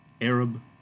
Arab